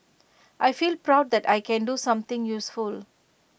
I feel proud that I can do something useful